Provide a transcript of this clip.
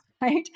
right